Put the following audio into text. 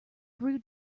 grew